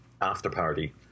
after-party